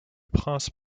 prince